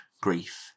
grief